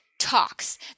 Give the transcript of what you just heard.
talks